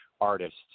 artists